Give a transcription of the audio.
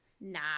Nah